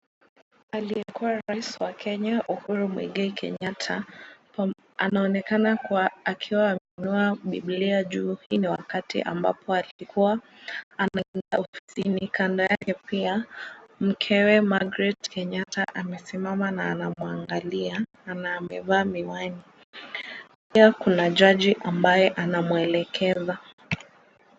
Aliyekuwa rais wa Kenya Uhuru Muigai Kenyatta, anaonekana kuwa akiwa ameinua Bibilia juu, hii ni wakati ambapo alikuwa anaingia ofisini. Kando yake pia mkewe Margaret Kenyetta amesimama na anamwangalia na amevaa miwani. Pia kuna jaji ambaye anamwelekeza.